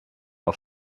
auf